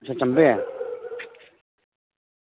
अच्छा चम्बे